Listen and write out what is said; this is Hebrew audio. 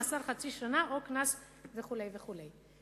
מאסר חצי שנה או קנס" וכו' וכו'.